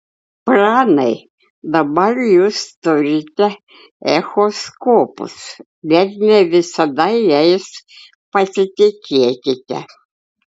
pranai dabar jūs turite echoskopus bet ne visada jais pasitikėkite